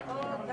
במידה